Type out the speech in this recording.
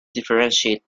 differentiate